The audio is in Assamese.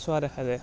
চোৱা দেখা যায়